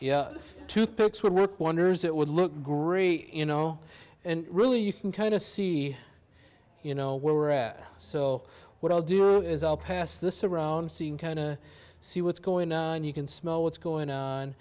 two picks would work wonders it would look great you know and really you can kind of see you know where we're at so what i'll do is i'll pass this around seeing kind of see what's going on you can smell what's going on